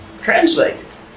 translated